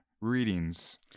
readings